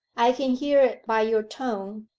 i can hear it by your tone.